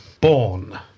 born